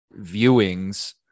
viewings